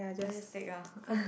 I just take ah